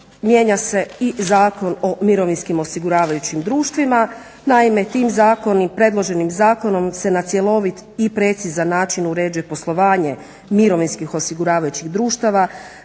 mijenja se i Zakon o mirovinskim osiguravajućim društvima, naime ti zakoni, predloženim zakonom se na cjelovit i precizan način uređuje poslovanje mirovinskih osiguravajućih društava,